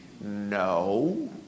no